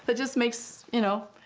but just makes, you know,